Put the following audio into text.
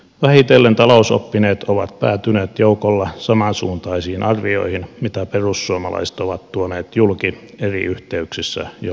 vähitellen talousoppineet ovat päätyneet joukolla samansuuntaisiin arvioihin mitä perussuomalaiset ovat tuoneet julki eri yhteyksissä jo pari vuotta